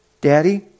Daddy